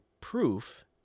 proof